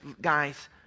guys